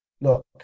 look